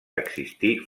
existir